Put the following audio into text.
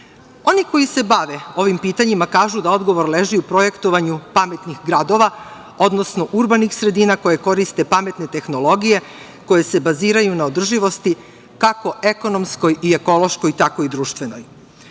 Oni koji se bave ovim pitanjima kažu da odgovor leži u projektovanju pametnih gradova, odnosno urbanih sredina koje koriste pametne tehnologije, koje se baziraju na održivosti kako ekonomskoj i ekološkoj, tako i društvenoj. Zanimljivo